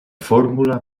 fórmula